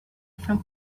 from